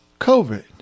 COVID